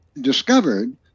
discovered